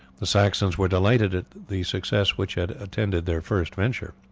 the saxons were delighted at the success which had attended their first adventure.